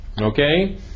Okay